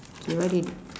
okay what do you